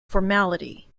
formality